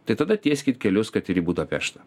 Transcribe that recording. tai tada tieskit kelius kad ir į budapeštą